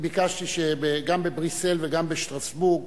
ביקשתי שגם בבריסל וגם בשטרסבורג,